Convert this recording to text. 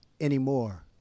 anymore